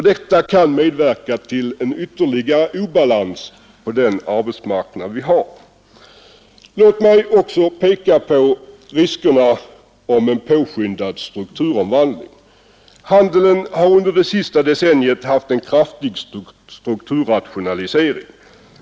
Detta kan medverka till en ytterligare obalans på den arbetsmarknad vi har. Låt mig också peka på riskerna för en påskyndad strukturomvandling. Handeln har under det senaste decenniet haft en kraftig strukturrationalisering.